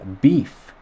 beef